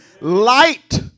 Light